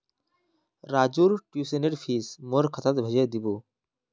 राजूर ट्यूशनेर फीस मोर खातात भेजे दीबो